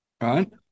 right